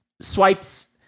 swipes